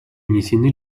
внесены